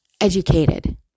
educated